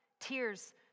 Tears